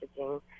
messaging